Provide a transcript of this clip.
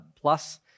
plus